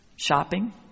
shopping